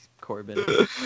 Corbin